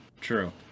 True